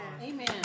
Amen